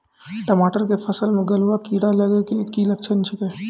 टमाटर के फसल मे गलुआ कीड़ा लगे के की लक्छण छै